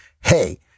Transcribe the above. hey